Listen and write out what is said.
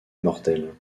mortel